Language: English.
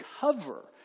cover